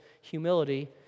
humility